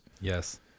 Yes